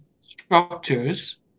structures